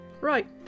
Right